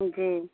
जी